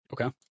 Okay